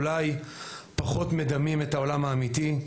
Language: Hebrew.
אולי פחות מדמים את העולם האמיתי,